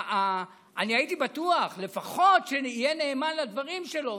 אני הייתי בטוח שלפחות הוא יהיה נאמן לדברים שלו.